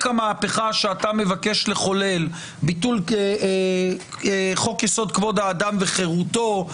המהפכה שאתה מבקש לחולל: ביטול חוק-יסוד: כבוד האדם וחירותו,